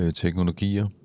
teknologier